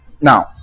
now